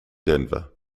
denver